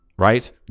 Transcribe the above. Right